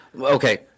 Okay